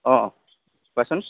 অঁ কোৱাচোন